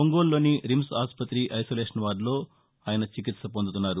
ఒంగోలు లోని రిమ్స్ ఆసుపత్రి ఐసోలేషన్ వార్గులో ఆయన చికిత్ప పొందుతున్నారు